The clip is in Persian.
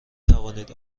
توانید